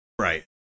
Right